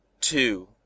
Two